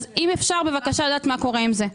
אם אפשר לדעת מה קורה עם זה.